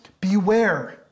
beware